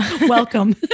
Welcome